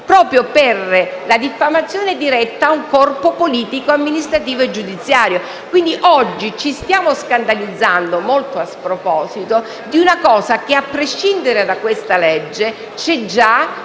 proprio per la diffamazione diretta ad un corpo politico, amministrativo e giudiziario. Quindi oggi ci stiamo scandalizzando, molto a sproposito, di una cosa che, a prescindere da questa legge, c'è già.